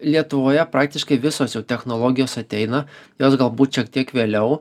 lietuvoje praktiškai visos jau technologijos ateina jos galbūt šiek tiek vėliau